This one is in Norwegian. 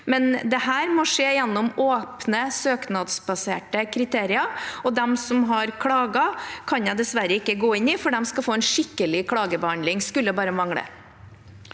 Dette må skje gjennom åpne, søknadsbaserte kriterier. Dem som har klaget, kan jeg dessverre ikke gå inn på, for de skal få en skikkelig klagebehandling – det skulle bare mangle.